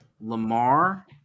Lamar